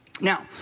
Now